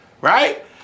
right